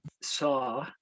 saw